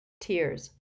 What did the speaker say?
Tears